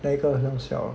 那一个